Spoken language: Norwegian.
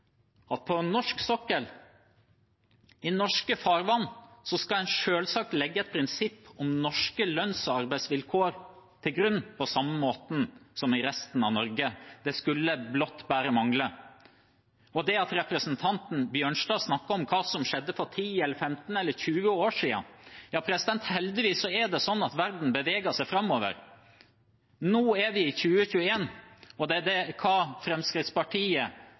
at en på norsk sokkel og i norske farvann skal legge et prinsipp om norske lønns- og arbeidsvilkår til grunn på samme måte som i resten av Norge. Det skulle blott mangle. Representanten Bjørnstad snakket om hva som skjedde for ti, femten eller tjue år siden. Ja, heldigvis er det sånn at verden beveger seg framover. Nå er vi i 2021, og det er det Fremskrittspartiet stemmer i denne saken, som er avgjørende for hva